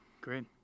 Great